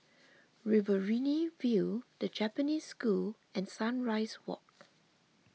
Riverina View the Japanese School and Sunrise Walk